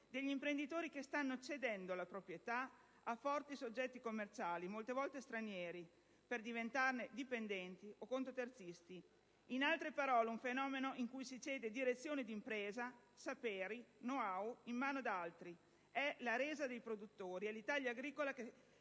degli imprenditori che stanno cedendo la proprietà a forti soggetti commerciali, molte volte stranieri, per diventarne dipendenti o contoterzisti. In altre parole, un fenomeno in cui si cede direzione d'impresa, saperi, *know-how* in mano ad altri. È la resa dei produttori; è l'Italia agricola che